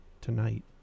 tonight